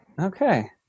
Okay